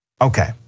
Okay